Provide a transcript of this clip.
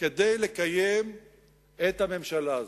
כדי לקיים את הממשלה הזו.